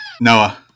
Noah